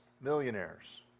millionaires